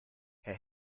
herr